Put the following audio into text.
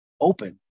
open